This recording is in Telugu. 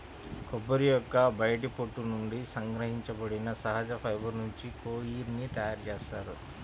కొబ్బరి యొక్క బయటి పొట్టు నుండి సంగ్రహించబడిన సహజ ఫైబర్ నుంచి కోయిర్ ని తయారు చేస్తారు